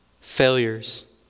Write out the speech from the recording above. failures